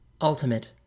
ultimate